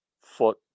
foot